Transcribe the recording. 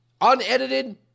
unedited